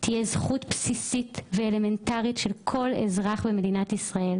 תהיה זכות בסיסית ואלמנטרית של כל אזרח במדינת ישראל,